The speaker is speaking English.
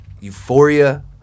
euphoria